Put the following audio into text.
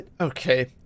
Okay